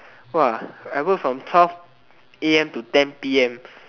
!wah! I work from twelve a_m to ten p_m